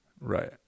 Right